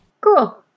Cool